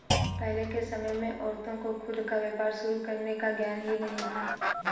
पहले के समय में औरतों को खुद का व्यापार शुरू करने का ज्ञान ही नहीं था